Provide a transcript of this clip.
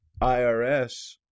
IRS